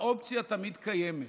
האופציה תמיד קיימת.